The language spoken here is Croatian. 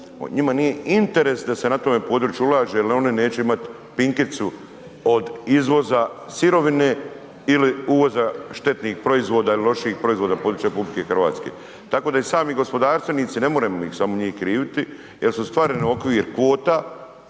njima nije interes da se na tome području ulaže jer one neće imati pinkicu od izvoza sirovine ili uvoza štetnih proizvoda ili lošijih proizvoda na području RH. Tako da i sami gospodarstvenici, nemoremo samo njih kriviti jer su stvoreni okvir kvota